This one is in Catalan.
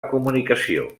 comunicació